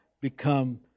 become